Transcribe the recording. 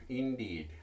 indeed